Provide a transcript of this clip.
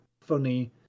funny